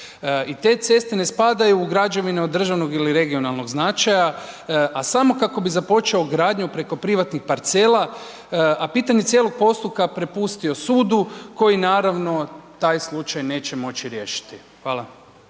i te ceste ne spadaju u građevine od državnog ili regionalnog značaja, a samo kako bi započeo gradnju preko privatnih parcela, a pitanje cijelog postupka prepustio sudu koji naravno taj slučaj neće moći riješiti. Hvala.